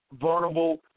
vulnerable